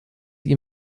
ihm